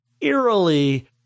eerily